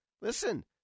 Listen